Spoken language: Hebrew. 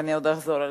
ואני עוד אחזור לזה,